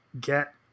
get